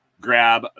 Grab